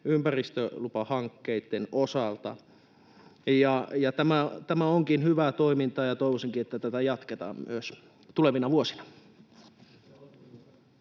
ympäristölupahankkeitten osalta. Tämä onkin hyvää toimintaa, ja toivoisinkin, että tätä jatketaan myös tulevina vuosina.